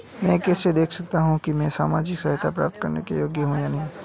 मैं कैसे देख सकता हूं कि मैं सामाजिक सहायता प्राप्त करने योग्य हूं या नहीं?